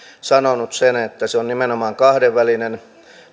sanonut että se on nimenomaan kahdenvälinen